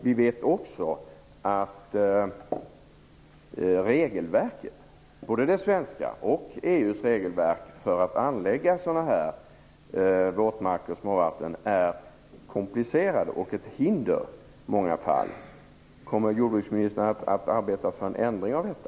Vi vet också att regelverket, både det svenska regelverket och EU:s regelverk, för att anlägga våtmarker och småvatten är komplicerat. Det är i många fall ett hinder. Kommer jordbruksministern att arbeta för en ändring av detta?